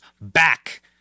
back